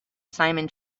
simon